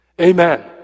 amen